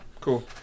Cool